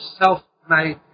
self-made